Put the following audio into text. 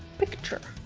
picture.